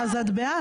אז את בעד.